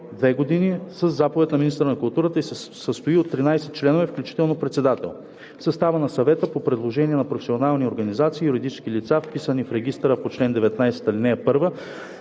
две години със заповед на министъра на културата и се състои от 13 членове, включително председател. В състава на съвета по предложение на професионални организации и юридически лица, вписани в регистъра по чл. 19, ал. 1,